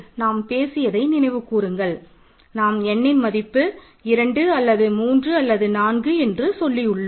நாம் பேசியதை நினைவுகூருங்கள் நாம் nன் மதிப்பு 2 அல்லது 3 அல்லது 4 என்று சொல்லி உள்ளோம்